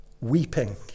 weeping